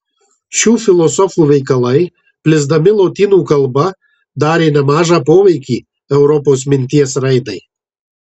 šių filosofų veikalai plisdami lotynų kalba darė nemažą poveikį europos minties raidai